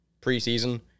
preseason